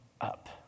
up